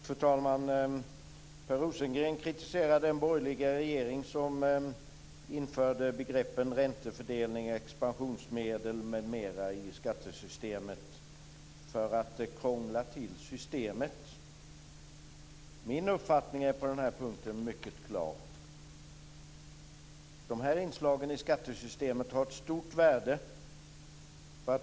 Fru talman! Per Rosengren kritiserade den borgerliga regering som införde begreppen räntefördelning, expansionsmedel m.m. i skattesystemet för att det krånglar till systemet. Min uppfattning är mycket klar på den här punkten. De här inslagen i skattesystemet har ett stort värde.